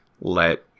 let